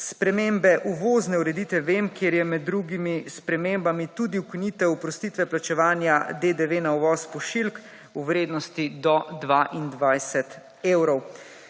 spremembe uvozne ureditve VEM kjer je med drugimi spremembami tudi ukinitev oprostitve plačevanja DDV na uvoz pošiljk v vrednosti do 22 evrov.